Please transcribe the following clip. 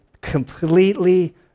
completely